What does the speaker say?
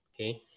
Okay